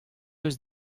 hocʼh